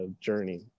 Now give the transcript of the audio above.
journey